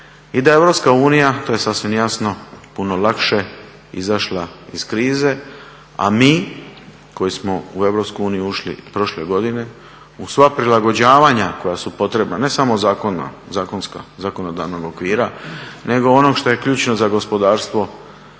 i da je EU, to je sasvim jasno, puno lakše izašla iz krize, a mi koji smo u EU ušli prošle godine, uz sva prilagođavanja koja su potrebna, ne samo zakonom, zakonska, zakonodavnog okvira, nego ono što je ključno za gospodarstvo